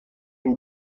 این